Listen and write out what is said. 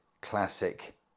Classic